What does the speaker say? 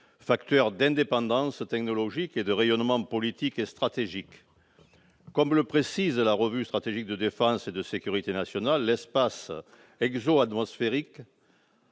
facteurs d'indépendance technologique et de rayonnement politique et stratégique. Comme le précise la revue stratégique de défense et de sécurité nationale, l'espace exoatmosphérique